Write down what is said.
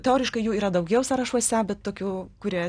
teoriškai jų yra daugiau sąrašuose bet tokių kurie